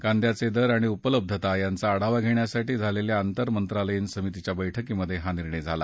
कांद्याचे दर आणि उपलब्धता यांचा आढावा घेण्यासाठी झालेल्या आंतरमंत्रालयीन समितीच्या बैठकीत हा निर्णय झाला